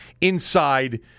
inside